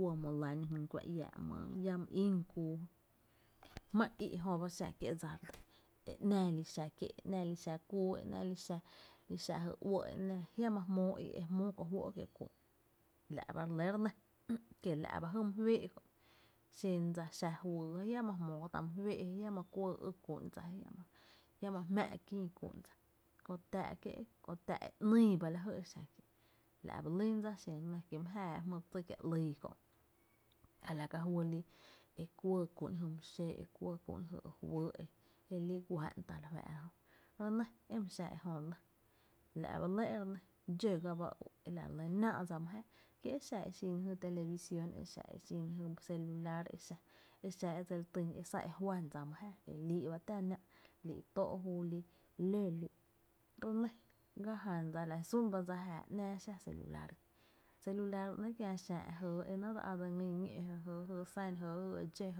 uɇ, my lⱥn jyn kuá iáá’, my lláá my ín kuu, jmá’n í’ jö ba xá kié’ dsa e’nⱥⱥ li xa kié’ e ‘náá li xa kuu, e ‘nⱥⱥ li xa jy uɇ a jiama’ jmóo í’ e re jmóo kop juó’ kié’ ku’n, la’ ba re lɇ re nɇ, kiela’ ba jy my féé’ kö’ xen dsa juyy je jiama jmóo tá’ my féé’ je jiama kuɇɇ ý kú’n jiama jmá’ kïï kú’n dsa, kö táá’ e ‘nyý ba la jy e xa la’ ba lyn dsa xen re nɇ, kí my jáá e la dse tý kie’ ‘lyy kö’ ala ka juý lii’ e kuɇɇ ku’n jy my xó jy i juý jy e guá’n tá’ re fáá’ra jö re nɇ e ma xa ejö re nɇ, la’ ba lɇ re nɇ, dxó g aba la re lɇ´náá’ dsa my jáá ki exa jy e xin televisión exa e xin lajy celular exa, e xa e dse li týn e sán e juá’n dsa my jáaa lii’ ba tⱥ´nⱥⱥ’ lii’ ba tóo’ júu lii’ ba ló lii’ ba, re nɇ g ajan dsa la jyn sún ba dsa e jáá ‘náá celular kié’, celular ba ‘nɇɇ’ kiá xää’ e jɇɇ e náá’ dse á dse ngý’, jɇɇ jy e san jɇɇ jy e dxó jy